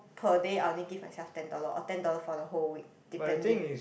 per day I only give myself ten dollar or ten dollar for the whole week depending